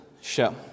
show